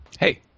Hey